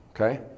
Okay